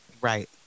Right